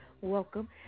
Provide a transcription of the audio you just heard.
welcome